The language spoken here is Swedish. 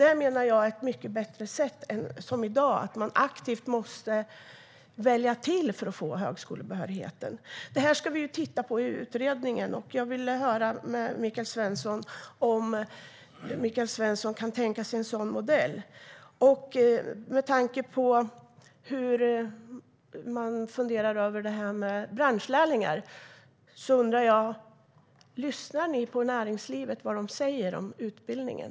Det menar jag är ett mycket bättre sätt än som det är i dag då man aktivt måste välja till för att få högskolebehörighet. Det här ska vi titta på i utredningen, och jag vill höra med Michael Svensson om han kan tänka sig en sådan modell. Med tanke på hur man funderar över det här med branschlärlingar undrar jag: Lyssnar ni på vad näringslivet säger om utbildningen?